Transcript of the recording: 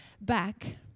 back